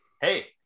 Hey